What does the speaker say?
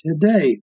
today